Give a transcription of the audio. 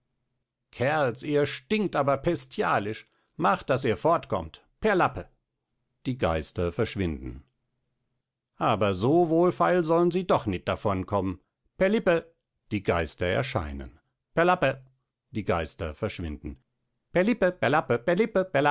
kerls ihr stinkt aber pestialisch macht daß ihr fortkommt perlappe die geister verschwinden aber so wohlfeil sollen sie doch nit davon kommen perlippe die geister erscheinen perlappe die geister verschwinden